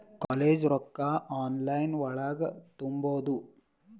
College ರೊಕ್ಕ online ಒಳಗ ತುಂಬುದು?